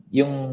yung